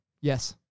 Yes